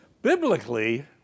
Biblically